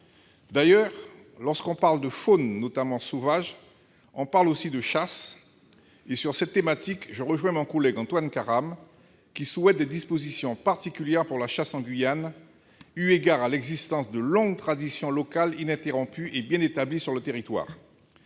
adaptées. Lorsqu'on parle de faune, notamment sauvage, on parle aussi de chasse. Et sur cette thématique, je rejoins mon collègue Antoine Karam, qui souhaite des dispositions particulières pour la chasse en Guyane, eu égard à l'existence de longues traditions locales ininterrompues et bien établies sur le territoire.